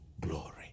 glory